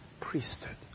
priesthood